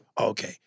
Okay